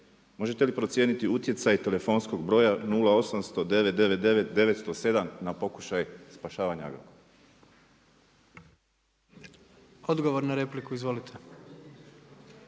možete li procijeniti utjecaj telefonskog broja 0800 999 907 na pokušaj spašavanja Agrokora? **Jandroković,